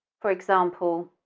for example,